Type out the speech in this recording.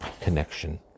connection